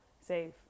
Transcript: safe